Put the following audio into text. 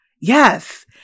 yes